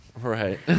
right